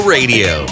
Radio